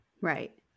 Right